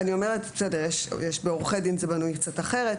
אצל עורכי דין זה בנוי קצת אחרת,